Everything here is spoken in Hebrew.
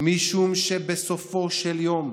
משום שבסופו של יום,